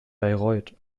bayreuth